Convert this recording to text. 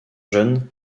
jeunes